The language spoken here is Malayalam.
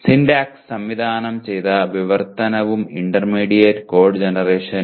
സിന്റാക്സ് സംവിധാനം ചെയ്ത വിവർത്തനവും ഇന്റർമീഡിയറ്റ് കോഡ് ജനറേഷനും